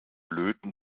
löten